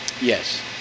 Yes